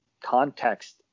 context